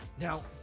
Now